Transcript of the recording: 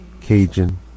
Cajun